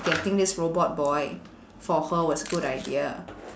getting this robot boy for her was a good idea